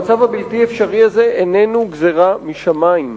המצב הבלתי-אפשרי הזה איננו גזירה משמים,